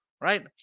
Right